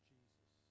Jesus